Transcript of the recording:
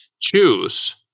choose